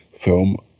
film